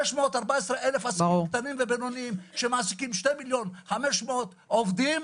614,000 עסקים קטנים ובינוניים שמעסקים 2.5 מיליון עובדים